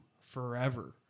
forever